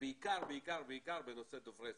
ובעיקר בעיקר בעיקר בנושא דוברי שפות,